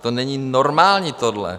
To není normální, tohle.